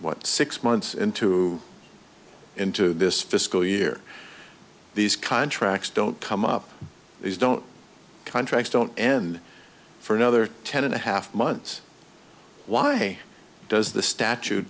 what six months into into this fiscal year these contracts don't come up these don't contracts don't end for another ten and a half months why does the statute